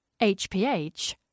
HPH